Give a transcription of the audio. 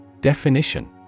Definition